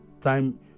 time